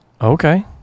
Okay